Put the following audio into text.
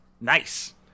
Nice